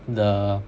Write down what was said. the